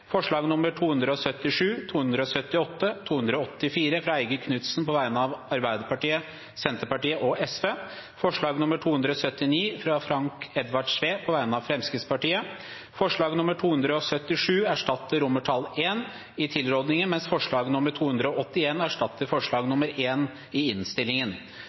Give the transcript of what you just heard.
277, 278 og 284, fra Eigil Knutsen på vegne av Arbeiderpartiet, Senterpartiet og Sosialistisk Venstreparti forslag nr. 279, fra Frank Edvard Sve på vegne av Fremskrittspartiet Forslag nr. 277 erstatter I i tilrådingen, mens forslag nr. 281 erstatter forslag nr. 1 i innstillingen.